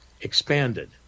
expanded